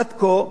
עד כה,